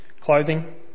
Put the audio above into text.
clothing